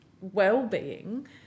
well-being